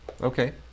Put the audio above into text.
Okay